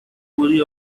worry